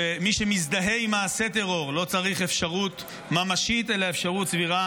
מי שמזדהה עם מעשה טרור לא צריך אפשרות ממשית אלא אפשרות סבירה.